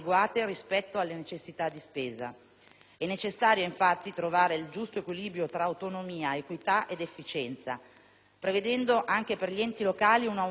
È necessario infatti trovare il giusto equilibrio tra autonomia, equità ed efficienza, prevedendo anche per gli enti locali un aumento del grado di autonomia tributaria.